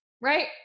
right